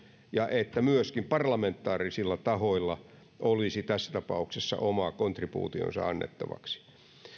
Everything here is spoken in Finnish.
ja että myöskin parlamentaarisilla tahoilla olisi tässä tapauksessa oma kontribuutionsa annettavaksi